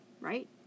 Right